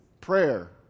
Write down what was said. prayer